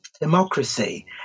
democracy